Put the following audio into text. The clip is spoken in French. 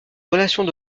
relations